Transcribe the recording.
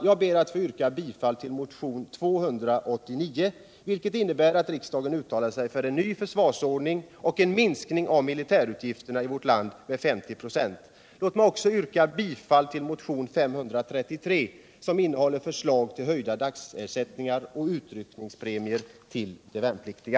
Jag ber att få yrka bifall till motionen 289, vilken går ut på att riksdagen uttalar sig för en ny försvarsordning och en minskning av militärutgifterna i vårt land med 50 96. Låt mig också få yrka bifall till motionen 533, som innehåller förslag till höjda dagersättningar och utryckningsbidrag till de värnpliktiga.